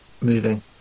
moving